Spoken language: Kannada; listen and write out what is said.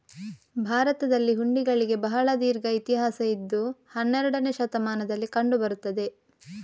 ಭಾರತದಲ್ಲಿ ಹುಂಡಿಗಳಿಗೆ ಬಹಳ ದೀರ್ಘ ಇತಿಹಾಸ ಇದ್ದು ಹನ್ನೆರಡನೇ ಶತಮಾನದಲ್ಲಿ ಕಂಡು ಬರುತ್ತದೆ